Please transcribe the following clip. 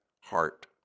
heart